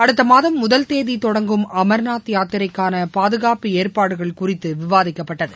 அடுத்த மாதம் முதல் தேதி தொடங்கும் அமர்நாத் யாத்திரைக்கான பாதுகாப்பு ஏற்பாடுகள் குறித்து விவாதிக்கப்பட்டது